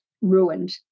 ruined